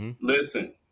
Listen